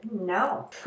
No